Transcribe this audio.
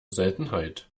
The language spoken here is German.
seltenheit